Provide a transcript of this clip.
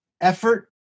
effort